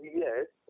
yes